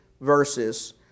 verses